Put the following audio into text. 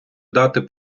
дати